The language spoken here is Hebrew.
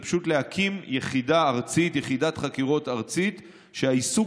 זה פשוט להקים יחידת חקירות ארצית שהעיסוק